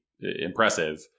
impressive